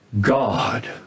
God